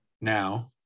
now